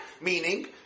meaning